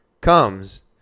comes